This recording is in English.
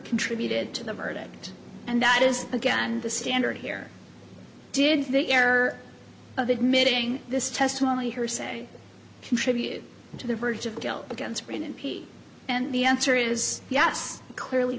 contributed to the verdict and that is again the standard here did the error of admitting this testimony her say contributed to the verge of guilt against ren and pete and the answer is yes clearly